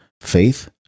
faith